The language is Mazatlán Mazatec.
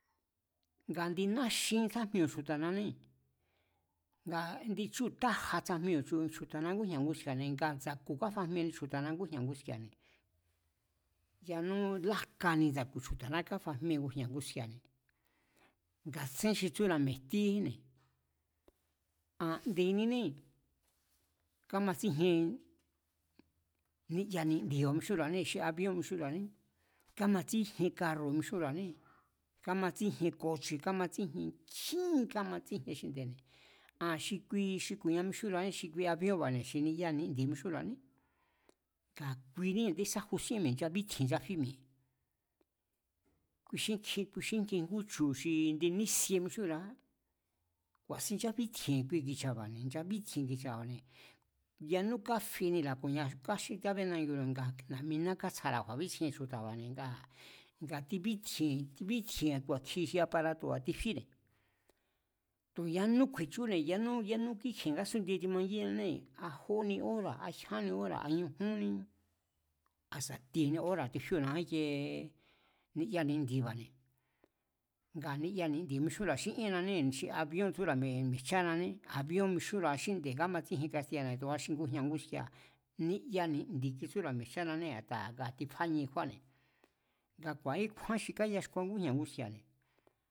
Nga indi náxín tsájmiu chju̱ta̱nané, ngaa̱ indi chúu̱ tája tsajmiu̱ chju̱ta̱na ngújña̱ nguski̱a̱, ngaa̱ ndsa̱ku̱ kafajmieni chju̱ta̱na ngújña̱ nguski̱a̱ne̱, yanú yajkani ndsa̱ku̱ chju̱ta̱na tsájmie ngujña̱ nguski̱a̱ne̱ nga tsén xi tsúra̱ mi̱e̱ jtíéjínne̱, an nde̱ninée̱ kámatsíjien ni'ya ni̱ndi̱ mixúnra̱anee̱ xi avíón mixunra̱ané kamatsíjien karru̱ mixúnra̱anée̱ kamatsíjien koche̱, kamatsíjien, nkjín kamatsíjien xinde̱ne̱, aa̱n xi ku̱nia mixúnra̱anée̱ xi avíónba̱ne̱ xi ni'ya ni̱ndi̱ mixúnra̱anné nga kuiní a̱ndé sájusíén mi̱e̱ nchabítji̱e̱n nchafí mi̱e̱, kui xínkjin ngú chu̱ xi indi nísie mixúnra̱á, ku̱a̱sin nchábítji̱e̱n ki̱cha̱ba̱ne̱, nchabítji̱e̱n kui ki̱cha̱ba̱ne̱, nchabítji̱e̱n ki̱cha̱ba̱ne̱. Yanú káfenira̱ ku̱nia káfie kábénanginu̱ne̱, a̱ na̱'miná kátsjara̱ kju̱a̱bítsjien chju̱ta̱ba̱ne̱ ngaa̱ nga tibítji̱e̱n, bítji̱e̱n ku̱a̱kji xi aparato̱ba̱ tifíne̱ tu̱ yanú kju̱e̱chúne̱, yanú kíkje̱ ngásún'ndie timangiñanée̱, a jóni óra̱ a jyánni óra̱, a ñujúnni, a sa̱ tieni óra̱ tifíóo̱na íkiee ni'ya ni̱ndi̱ba̱ne̱, ngaa̱ ni'ya ni̱ndi̱ mixúnra̱a xí íénnanée̱ xi avíón tsúra̱ mi̱e̱, mi̱e̱jchánané, avíón mixúnra̱a xínde̱ kámatsíjien kastiya̱ne̱ tu̱a xi ngujña̱ nguski̱a̱ ni'ya ni̱ndi̱ kitsúra̱ mi̱e̱jchánanée̱ a̱taa̱ tifánie kjúáne̱, nga ku̱a̱íkjúán xi káyaxkuan ngújña̱ nguski̱a̱ne̱